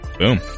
Boom